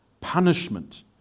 punishment